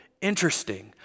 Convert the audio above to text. interesting